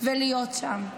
ולהיות שם.